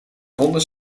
ronde